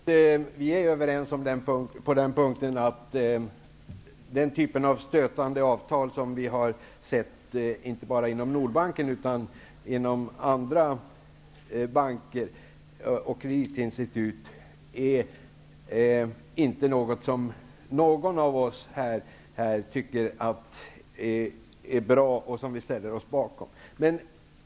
Herr talman! Jag tror att vi är överens på den punkten. Den typ av stötande avtal som vi sett inte bara inom Nordbanken utan också inom andra banker och kreditinstitut är inte något som någon av oss här tycker är bra och ställer sig bakom.